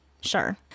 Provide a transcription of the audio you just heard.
Sure